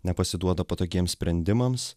nepasiduoda patogiems sprendimams